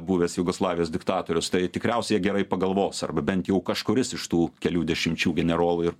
buvęs jugoslavijos diktatorius tai tikriausiai jie gerai pagalvos arba bent jau kažkuris iš tų kelių dešimčių generolų ir